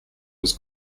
was